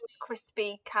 crispy